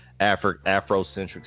Afrocentric